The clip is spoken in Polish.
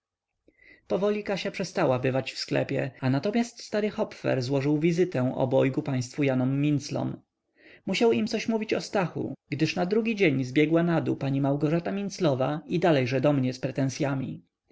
powoli kasia przestała bywać w sklepie a natomiast stary hopfer złożył wizytę obojgu państwu janom minclom musiał im coś mówić o stachu gdyż na drugi dzień zbiegła na dół pani małgorzata minclowa i dalejże do mnie z pretensyami